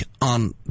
on